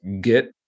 get